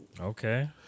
okay